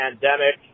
pandemic